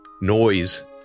noise